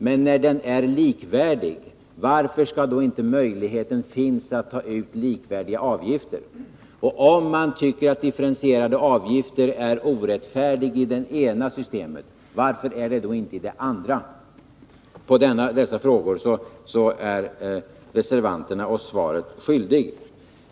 Men när vården är densamma, varför skall det då inte finnas möjligheter att ta ut samma avgifter av patienterna? Om man tycker att differentierade avgifter i det ena systemet är något orättfärdigt, varför är det då inte orättfärdigt i det andra systemet? På dessa frågor är reservanterna oss svaret skyldiga.